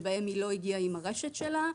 שאליהם היא לא הגיעה עם הרשת שלה.